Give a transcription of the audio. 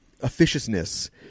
officiousness